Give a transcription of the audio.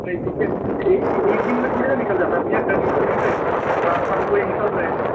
नहीं तो फिर एक दिन एक दिन में थोड़ी ना निकल जाता है भैया कल ही तो ले गए और आज शाम को ही निकल रहे हैं